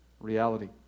reality